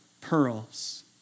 pearls